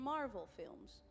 Marvel-films